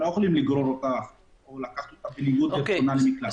אנחנו לא יכולים לגרור אותה למקלט בניגוד לרצונה.